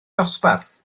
dosbarth